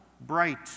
bright